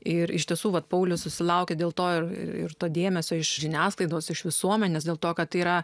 ir iš tiesų vat paulius susilaukė dėl to ir to dėmesio iš žiniasklaidos iš visuomenės dėl to kad tai yra